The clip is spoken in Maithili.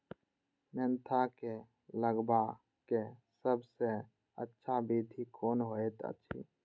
मेंथा के लगवाक सबसँ अच्छा विधि कोन होयत अछि?